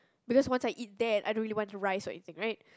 because once I eat that I don't really want rice or anything right